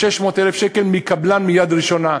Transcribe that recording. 600,000 שקל מקבלן מיד ראשונה.